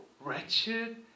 wretched